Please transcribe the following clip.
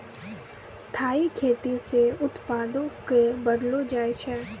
स्थाइ खेती से उत्पादो क बढ़लो जाय छै